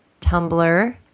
Tumblr